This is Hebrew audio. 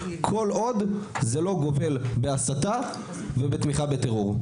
כל עוד זה לא גובל בהסתה ובתמיכה בטרור.